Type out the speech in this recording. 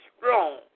strong